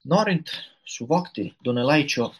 norint suvokti donelaičio